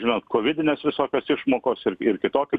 žinot kovidinės visokios išmokos ir ir kitokie